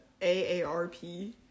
AARP